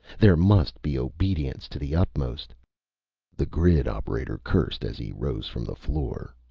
there must be obedience to the utmost the grid operator cursed as he rose from the floor.